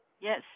Yes